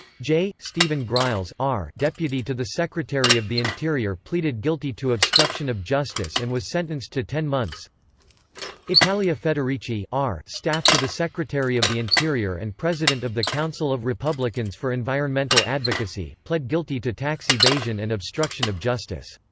j. steven griles deputy to the secretary of the interior pleaded guilty to obstruction of justice and was sentenced to ten months italia federici staff to the secretary of the interior and president of the council of republicans for environmental advocacy, pled guilty to tax evasion and obstruction of justice.